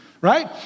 right